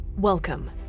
Welcome